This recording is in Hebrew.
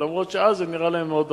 אף-על-פי שאז זה נראה להם מאוד דחוף.